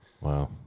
Wow